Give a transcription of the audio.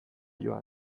joan